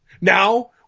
Now